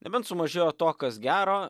nebent sumažėjo to kas gero